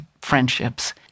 friendships